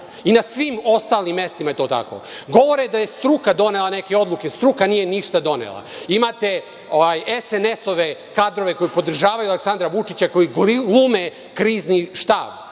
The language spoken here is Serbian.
i na svim ostalim mestima je to tako. Govore da je struka donela neke odluke. Struka nije ništa donela. Imate SNS-ove kadrove koji podržavaju Aleksandra Vučića, koji glume Krizni štab.